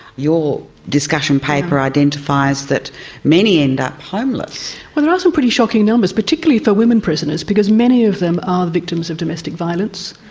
your discussion paper identifies that many end up homeless. there are some pretty shocking numbers, particularly for women prisoners, because many of them are victims of domestic violence.